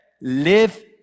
live